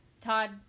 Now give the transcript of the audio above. Todd